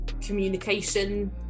communication